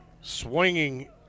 Swinging